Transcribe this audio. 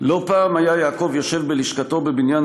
לא פעם היה יעקב יושב בלשכתו בבניין